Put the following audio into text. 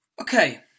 Okay